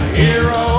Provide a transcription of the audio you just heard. hero